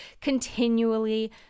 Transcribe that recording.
continually